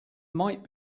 might